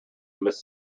miss